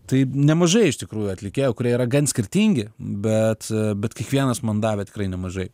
tai nemažai iš tikrųjų atlikėjų kurie yra gan skirtingi bet bet kiekvienas man davė tikrai nemažai